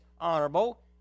honorable